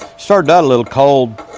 started out a little cold,